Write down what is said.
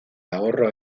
ahorro